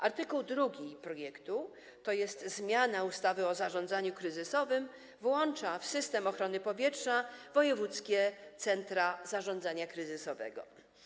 Art. 2 projektu dotyczy zmiany ustawy o zarządzaniu kryzysowym i włącza w system ochrony powietrza wojewódzkie centra zarządzania kryzysowego.